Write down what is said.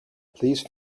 please